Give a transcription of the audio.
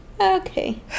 okay